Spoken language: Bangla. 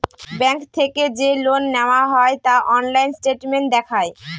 ব্যাঙ্ক থেকে যে লোন নেওয়া হয় তা অনলাইন স্টেটমেন্ট দেখায়